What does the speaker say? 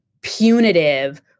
punitive